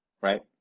right